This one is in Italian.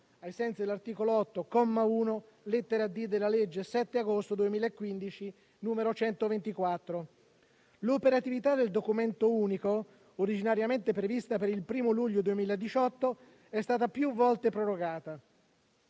ai sensi dell'articolo 8, comma 1, lettera *d)*, della legge 7 agosto 2015, n. 124. L'operatività del documento unico, originariamente prevista per il 1° luglio 2018, è stata più volte prorogata.